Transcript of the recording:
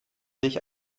dich